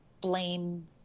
blame